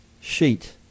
sheet